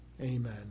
Amen